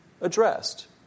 addressed